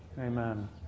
Amen